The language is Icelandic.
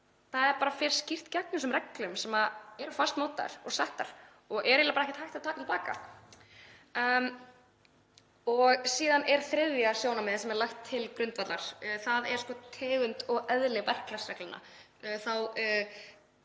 fer bara skýrt gegn þessum reglum sem eru fastmótaðar og settar og er eiginlega ekkert hægt að taka til baka. Síðan er þriðja sjónarmiðið sem er lagt til grundvallar og það er tegund og eðli verklagsreglna,